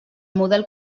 model